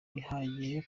bihagije